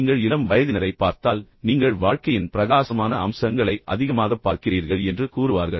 நீங்கள் இளம் வயதினரைப் பார்த்தால் அவர்கள் மீண்டும் நீங்கள் வாழ்க்கையின் பிரகாசமான அம்சங்களை அதிகமாக பார்க்கிறீர்கள் என்று கூறுவார்கள்